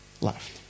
left